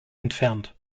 entfernt